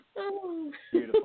Beautiful